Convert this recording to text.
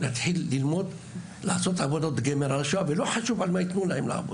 להתחיל לעשות עבודות גמר על השואה ולא חשוב על איזה נושא בה.